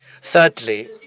Thirdly